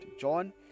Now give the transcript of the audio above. John